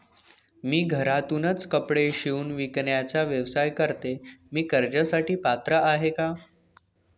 मी घरातूनच कपडे शिवून विकण्याचा व्यवसाय करते, मी कर्जासाठी पात्र आहे का?